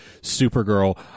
Supergirl